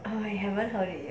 you haven't heard it yet